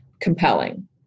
compelling